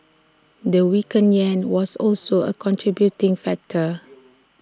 the weakened Yen was also A contributing factor